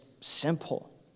simple